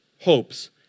hopes